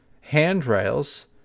handrails